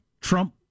Trump